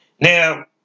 Now